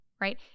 right